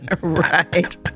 Right